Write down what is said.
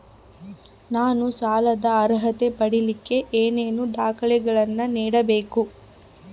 ನಾನು ಸಾಲದ ಅರ್ಹತೆ ಪಡಿಲಿಕ್ಕೆ ಏನೇನು ದಾಖಲೆಗಳನ್ನ ನೇಡಬೇಕು?